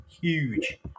Huge